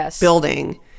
building